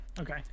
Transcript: okay